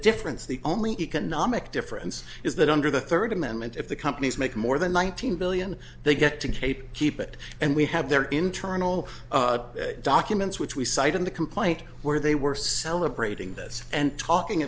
difference the only economic difference is that under the third amendment if the companies make more than one thousand billion they get to cape keep it and we have their internal documents which we cite in the complaint where they were celebrating this and talking